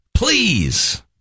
Please